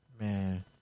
man